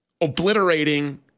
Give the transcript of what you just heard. obliterating